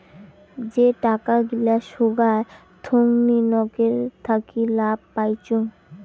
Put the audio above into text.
যে টাকা গিলা সোগায় থোঙনি নকের থাকি লাভ পাইচুঙ